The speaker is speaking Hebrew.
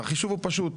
החישוב הוא פשוט,